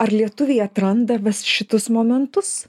ar lietuviai atranda va šitus momentus